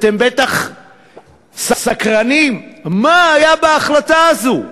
אתם בטח סקרנים מה היה בהחלטה הזאת,